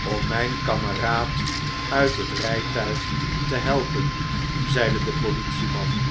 om mijn kameraad uit het rijtuig te helpen zeide de politieman